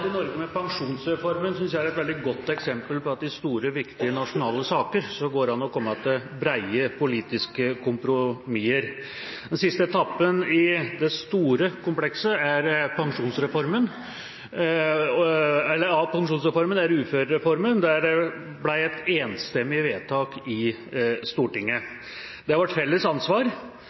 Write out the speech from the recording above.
i Norge med pensjonsreformen, synes jeg er et veldig godt eksempel på at i store, viktige nasjonale saker går det an å komme til brede politiske kompromisser. Den siste etappen i det store komplekset av pensjonsreformen er uførereformen, der det ble et enstemmig vedtak i Stortinget. Det er vårt felles ansvar,